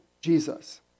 Jesus